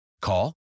Call